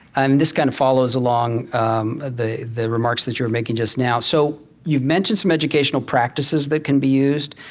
um this kind of follows along um the the remarks that you were making just now. so you've mentioned educational practices that can be used.